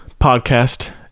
podcast